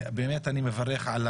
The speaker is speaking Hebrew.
באמת אני מברך גם על